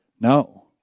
No